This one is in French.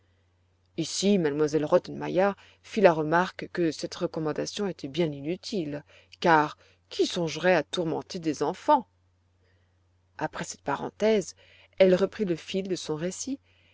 ici m elle rottenmeier fit la remarque que cette recommandation était bien inutile car qui songerait à tourmenter des enfants après cette parenthèse elle reprit le fil de son récit